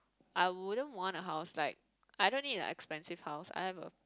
I wouldn't wanna house like I don't need a expensive house I have a